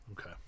Okay